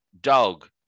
dog